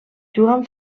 joan